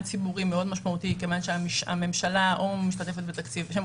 ציבורי מאוד משמעותי כיוון שהממשלה או משתתפת בתקציבם שהם